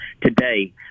today